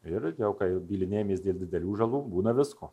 ir jau kai bylinėjamės dėl didelių žalų būna visko